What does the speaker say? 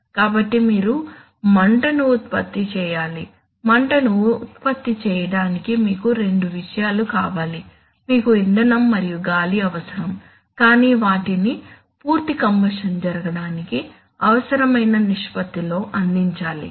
కాబట్టి మీరు మంటను ఉత్పత్తి చేయాలి మంటను ఉత్పత్తి చేయడానికి మీకు రెండు విషయాలు కావాలి మీకు ఇంధనం మరియు గాలి అవసరం కానీ వాటిని పూర్తి కంబషన్ జరగడానికి అవసరమైన నిష్పత్తిలో అందించాలి